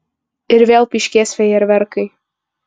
ir vėl pyškės fejerverkai